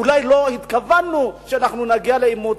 אולי לא התכוונו שנגיע לעימות,